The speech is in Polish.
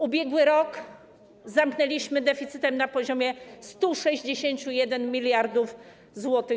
Ubiegły rok zamknęliśmy deficytem na poziomie 161 mld zł.